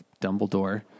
Dumbledore